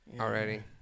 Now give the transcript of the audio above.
already